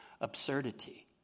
absurdity